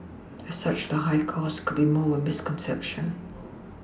as such the high cost could be more of a misconception